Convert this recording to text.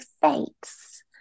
fates